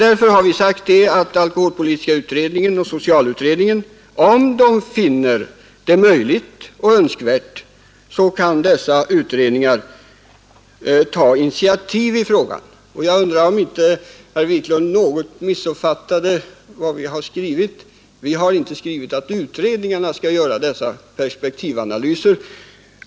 Därför har vi sagt att alkoholpolitiska utredningen eller socialutredningen, om de finner det möjligt och önskvärt, kan ta initiativ i frågan. Jag undrar om inte herr Wiklund något missuppfattat vad vi har skrivit. Vi har inte sagt att utredningarna skall göra dessa perspektivanalyser.